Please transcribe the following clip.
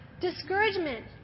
discouragement